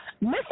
Miss